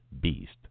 beast